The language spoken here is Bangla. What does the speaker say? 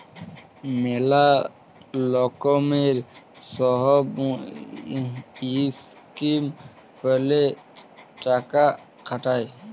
ম্যালা লকমের সহব ইসকিম প্যালে টাকা খাটায়